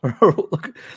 look